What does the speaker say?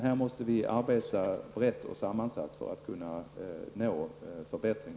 Här måste vi arbeta brett och sammansatt för att kunna nå en förbättring.